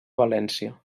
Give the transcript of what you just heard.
valència